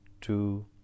two